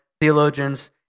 theologians